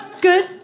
good